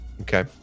okay